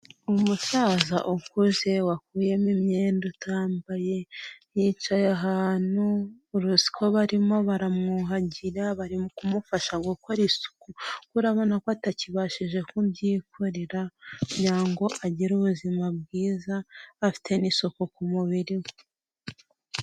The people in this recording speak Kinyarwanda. Umusaza ukuze wakuyemo imyenda utambaye yicaye ahantu uruzi ko barimo baramwuhagira, bari mu kumufasha gukora isuku, kuko urabona ko atakibashije kubyikorera kugira ngo agire ubuzima bwiza afite n'isuku ku mubiri we.